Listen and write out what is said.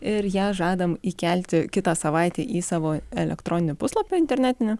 ir ją žadam įkelti kitą savaitę į savo elektroninį puslapį internetinę